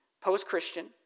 post-Christian